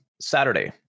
Saturday